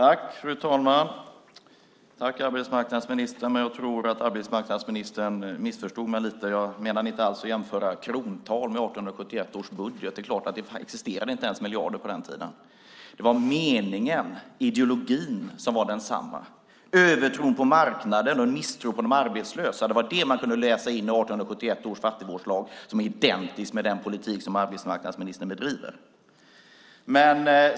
Fru talman! Jag tackar arbetsmarknadsministern, men jag tror att arbetsmarknadsministern missförstod mig lite. Jag menade inte alls att jämföra krontal med 1871 års budget. Det existerade inte ens miljarder på den tiden. Det var meningen, ideologin som var densamma, övertron på marknaden och misstron mot de arbetslösa. Det var det man kunde läsa in i 1871 års fattigvårdslag som är identisk med den politik som arbetsmarknadsministern bedriver.